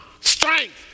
Strength